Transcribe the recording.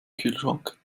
kühlschrank